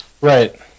Right